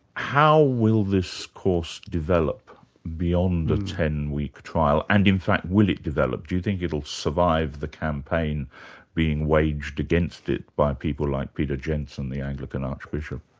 how will this course develop beyond the ten week trial and in fact will it develop? do you think it'll survive the campaign being waged against it by people like peter jensen the anglican archbishop?